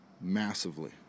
massively